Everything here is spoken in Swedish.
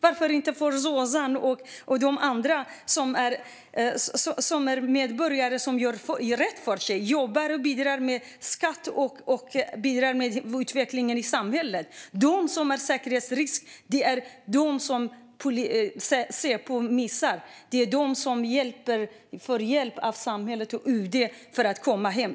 Varför går det inte för Zozan Büyük och de andra som är medborgare och gör rätt för sig, jobbar, betalar skatt och bidrar till utvecklingen i samhället? De som är säkerhetsrisker är de som Säpo missar. De får hjälp av samhället och UD för att komma hem.